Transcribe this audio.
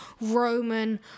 Roman